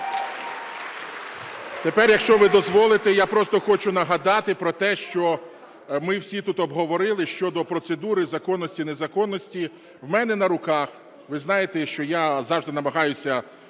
Тепер, якщо ви дозволите, я просто хочу нагадати про те, що ми всі тут обговорили щодо процедури законності і незаконності. В мене на руках, ви знаєте, що я завжди намагаюся